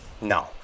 No